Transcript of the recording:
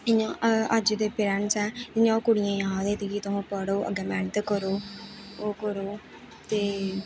इ'यां अज्ज दे पेरैंटस ऐ इ'यां कुड़ियें गी आखदे कि तुस पढ़ो अग्गें मेहनत करो ओह् करो ते